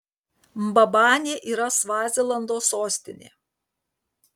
mbabanė yra svazilando sostinė